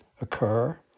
occur